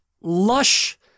lush